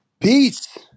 Peace